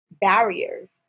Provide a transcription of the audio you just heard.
barriers